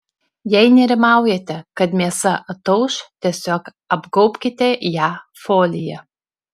jei nerimaujate kad mėsa atauš tiesiog apgaubkite ją folija